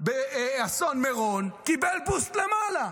באסון מירון קיבל בוסט למעלה,